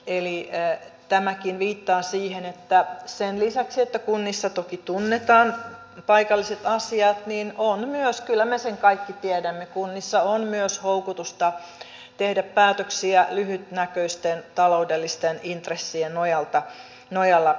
eli tämäkin viittaa siihen että sen lisäksi että kunnissa toki tunnetaan paikalliset asiat on myös kyllä me sen kaikki tiedämme houkutusta tehdä päätöksiä lyhytnäköisten taloudellisten intressien nojalla